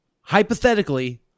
hypothetically